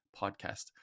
podcast